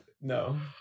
No